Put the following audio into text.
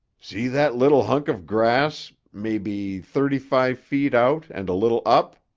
see that little hunk of grass, maybe thirty-five feet out and a little up?